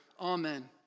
Amen